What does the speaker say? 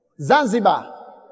Zanzibar